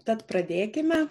tad pradėkime